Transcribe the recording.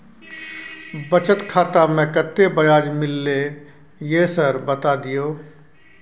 बचत खाता में कत्ते ब्याज मिलले ये सर बता दियो?